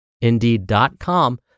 indeed.com